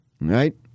Right